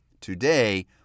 Today